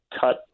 cut